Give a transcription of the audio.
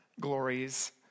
glories